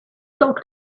talk